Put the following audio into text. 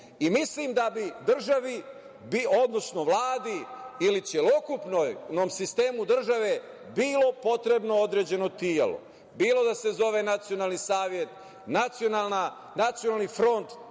Mislim da bi državi, odnosno Vladi ili celokupnom sistemu države bilo potrebno određeno telo, bilo da se zove nacionalni savet, nacionalni front,